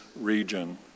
region